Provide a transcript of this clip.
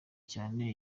cyane